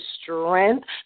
strength